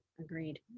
Agreed